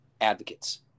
advocates